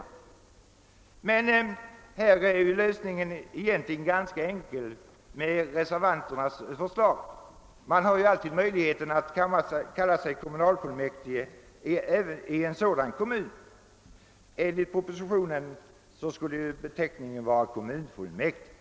I dessa fall är dock lösningen ganska enkel enligt reservanternas förslag. Man har alltid möjligheten att använda benämningen kommunalfullmäktige även i sådana kommuner; enligt propositionen skulle beteckningen vara kommunfullmäktige.